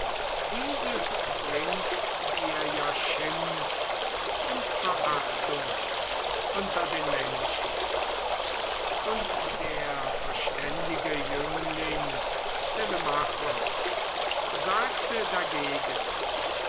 dieses bringt dir ja schimpf und verachtung unter den menschen und der verständige jüngling telemachos sagte dagegen